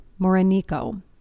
Moranico